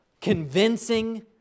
convincing